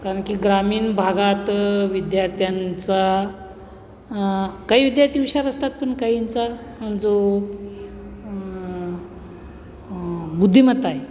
कारण की ग्रामीण भागात विद्यार्थ्यांचा काही विद्यार्थी हुशार असतात पण काहींचा जो बुद्धिमत्ता आहे